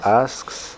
asks